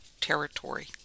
Territory